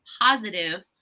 positive